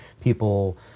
people